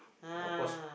of course